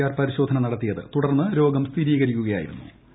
R പരിശോധന നടത്തിയത്ത് ്തുടർന്ന് രോഗം സ്ഥിരീകരിക്കുകയായിരു്ന്നു